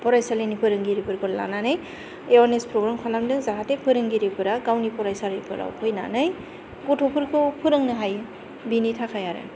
फरायसालिनि फोरोंगिरिफोरखौ लानानै एवेयारनेस पग्राम खालामदों जाहाथे फोरोंगिरिफोरा गावनि फरायसालिफोराव फैनानै गथ'फोरखौ फोरोंनो हायो बेनि थाखाय आरो